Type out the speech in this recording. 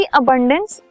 abundance